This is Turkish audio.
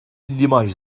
limaj